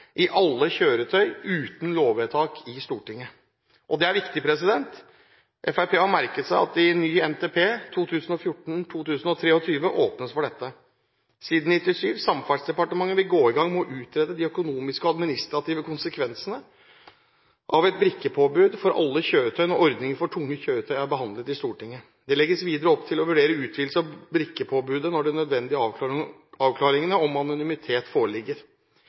i alle kjøretøy uten lovvedtak i Stortinget. Det er viktig. Fremskrittspartiet har merket seg at det i ny NTP 2014–2023 åpnes for dette. På side 97 står det at: «Samferdselsdepartementet vil gå i gang med å utrede de økonomiske og administrative konsekvensene av et brikkepåbud for alle kjøretøy når ordningen for tunge kjøretøy er behandlet av Stortinget. Det legges videre opp til å vurdere utvidelse av brikkepåbudet når de nødvendige avklaringene om anonymitet foreligger.»